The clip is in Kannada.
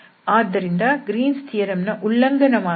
ಆದ್ದರಿಂದ ಗ್ರೀನ್ಸ್ ಥಿಯರಂ Green's theoremನ ಉಲ್ಲಂಘನವಾಗಿಲ್ಲ